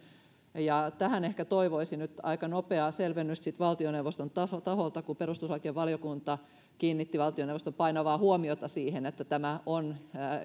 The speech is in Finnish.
tähän ehkä toivoisi nyt aika nopeaa selvennystä valtioneuvoston taholta kun perustuslakivaliokunta kiinnitti valtioneuvoston painavaa huomiota siihen että on